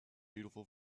beautiful